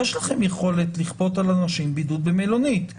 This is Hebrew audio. יש לכם יכולת לכפות על אנשים בידוד במלונית,